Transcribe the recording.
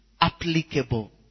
applicable